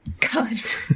College